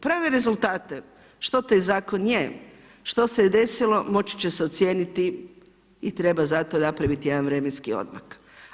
Prve rezultate što taj zakon je, što se je desilo, moći će ocijeniti i treba zato napraviti jedan vremenski odmak.